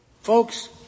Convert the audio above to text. Folks